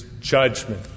judgment